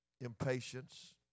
impatience